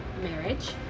marriage